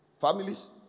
Families